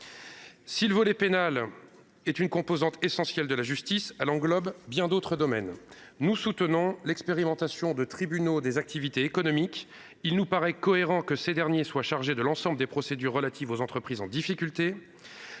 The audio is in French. Si le volet pénal est une composante essentielle de la justice, cette dernière englobe bien d'autres domaines. Nous soutenons l'expérimentation des tribunaux des activités économiques et il nous paraît cohérent que ces derniers soient chargés de l'ensemble des procédures relatives aux entreprises en difficulté.